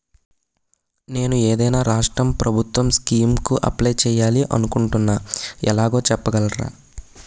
నేను ఏదైనా రాష్ట్రం ప్రభుత్వం స్కీం కు అప్లై చేయాలి అనుకుంటున్నా ఎలాగో చెప్పగలరా?